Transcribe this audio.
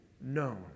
known